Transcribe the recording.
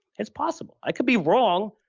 it's possible. i could be wrong,